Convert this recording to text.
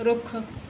ਰੁੱਖ